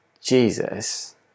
Jesus